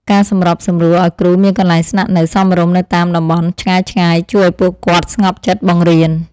ការសម្របសម្រួលឱ្យគ្រូមានកន្លែងស្នាក់នៅសមរម្យនៅតាមតំបន់ឆ្ងាយៗជួយឱ្យពួកគាត់ស្ងប់ចិត្តបង្រៀន។